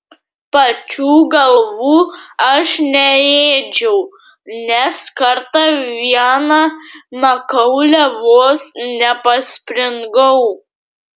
pačių galvų aš neėdžiau nes kartą viena makaule vos nepaspringau